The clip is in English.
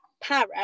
para